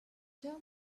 tell